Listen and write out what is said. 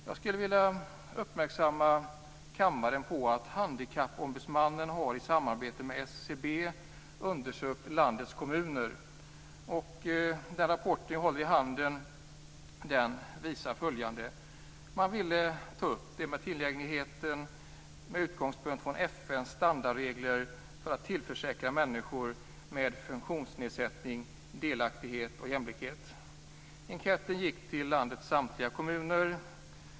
Jag skulle vilja uppmärksamma kammaren på att Handikappombudsmannen i samarbete med SCB har undersökt landets kommuner. Den rapport jag håller i handen visar följande. Man ville ta upp frågan om tillgängligheten med utgångspunkt i FN:s standardregler för att tillförsäkra människor med funktionsnedsättning delaktighet och jämlikhet. Enkäten gick till landets samtliga kommuner.